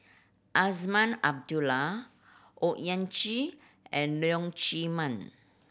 Azman Abdullah Owyang Chi and Leong Chee Mun